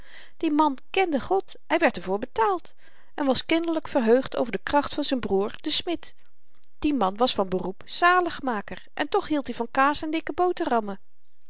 die man kende god hy werd er voor betaald en was kinderlyk verheugd over de kracht van z'n broer den smid die man was van beroep zaligmaker en toch hield i van kaas en dikke boterammen